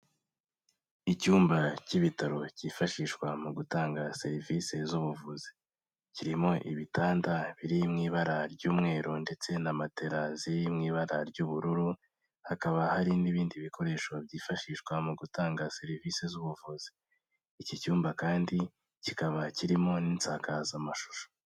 Icyumba cy'ibitaro cyifashishwa mu gutanga serivise z'ubuvuzi, kirimo ibitanda biri mu ibara ry'umweru ndetse na matela ziri mu ibara ry'ubururu, hakaba hari n'ibindi bikoresho byifashishwa mu gutanga serivise z'ubuvuzi, iki cyumba kandi kikaba kirimo n'insakazamashusho.